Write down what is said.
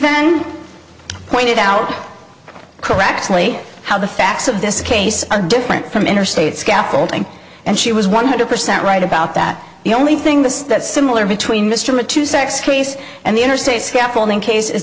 then pointed out correctly how the facts of this case are different from interstate scaffolding and she was one hundred percent right about that the only thing this that similar between mr mattoo sex case and the interstate scaffolding case is